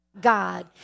God